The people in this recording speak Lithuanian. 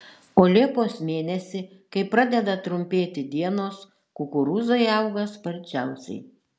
o liepos mėnesį kai pradeda trumpėti dienos kukurūzai auga sparčiausiai